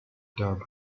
doug